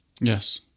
Yes